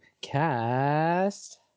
cast